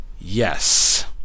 Yes